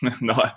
No